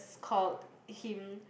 s~ called him